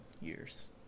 years